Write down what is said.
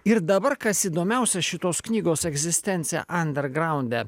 ir dabar kas įdomiausia šitos knygos egzistencija andergraunde